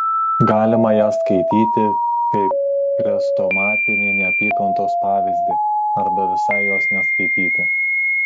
galima ją skaityti kaip chrestomatinį neapykantos pavyzdį arba visai jos neskaityti